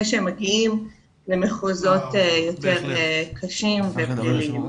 שהם מגיעים למחוזות יותר קשים ופליליים.